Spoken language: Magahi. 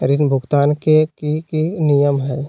ऋण भुगतान के की की नियम है?